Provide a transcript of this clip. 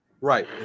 Right